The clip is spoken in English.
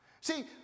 See